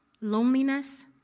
loneliness